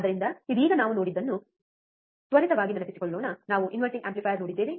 ಆದ್ದರಿಂದ ಇದೀಗ ನಾವು ನೋಡಿದ್ದನ್ನು ತ್ವರಿತವಾಗಿ ನೆನಪಿಸಿಕೊಳ್ಳೋಣ ನಾವು ಇನ್ವರ್ಟಿಂಗ್ ಆಂಪ್ಲಿಫಯರ್ ನೋಡಿದ್ದೇವೆ